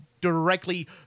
directly